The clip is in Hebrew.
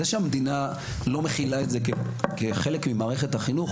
זה שהמדינה לא מכילה את זה כחלק ממערכת החינוך,